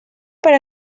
per